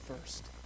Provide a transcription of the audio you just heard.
first